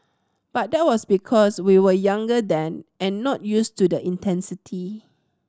but that was because we were younger then and not used to the intensity